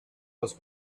was